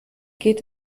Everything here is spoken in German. geht